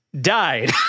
died